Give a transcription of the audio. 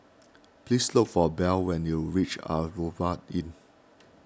please look for Belle when you reach Asphodel Inn